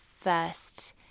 first